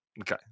okay